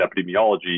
epidemiology